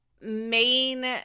main